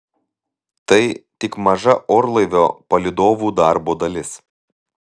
tai tik maža orlaivio palydovų darbo dalis